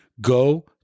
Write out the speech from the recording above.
Go